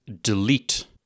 delete